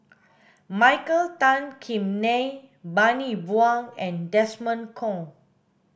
Michael Tan Kim Nei Bani Buang and Desmond Kon